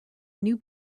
new